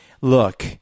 look